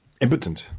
impotent